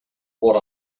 what